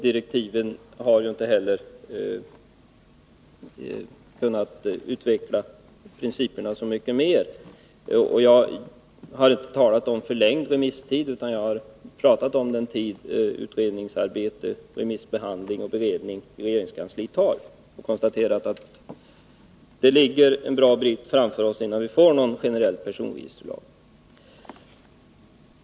Direktiven har inte heller kunnat utveckla principerna så mycket mer. Jag har inte talat om förlängd remisstid, utan jag har talat om den tid som utredningsarbete, remissbehandling och beredning i regeringskansliet tar och har konstaterat att vi har en bra bit kvar, innan vi får en generell personregisterlag.